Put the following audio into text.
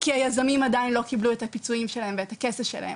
כי היזמים עדיין לא קיבלו את הפיצויים שלהם ואת הכסף שלהם,